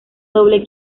doble